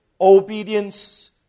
obedience